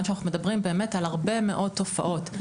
שאנחנו מדברים פה על הרבה מאוד תופעות.